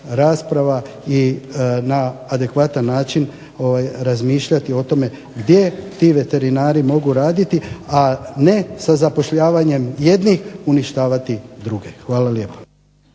rasprava i na adekvatan način razmišljati o tome gdje ti veterinari mogu raditi, a ne sa zapošljavanjem jednih uništavati druge. Hvala lijepa.